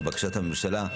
לבקשת הממשלה,